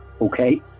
okay